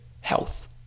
health